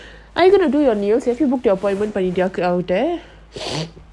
are you gonna do your news have you book your appointment பண்ணிட்டேன்:panniten